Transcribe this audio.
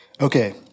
Okay